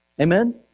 Amen